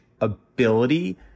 ability